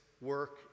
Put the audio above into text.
work